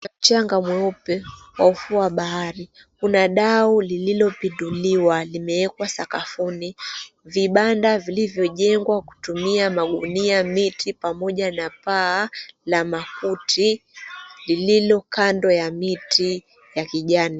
Mchanga mweupe kwa ufuo wa bahari kuna dau lililopinduliwa limewekwa sakafuni. Vibanda vilivyojengwa kutumia magunia, miti pamoja na paa la makuti lililo kando ya miti ya kijani.